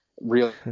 real